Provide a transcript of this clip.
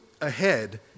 ahead